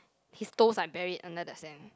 his toes are buried under the sand